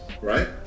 right